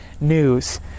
news